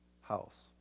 house